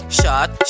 shot